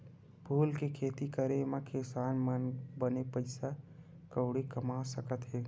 फूल के खेती करे मा किसान मन बने पइसा कउड़ी कमा सकत हे